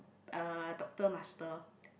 uh doctor master